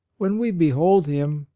when we behold him,